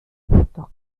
doch